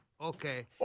okay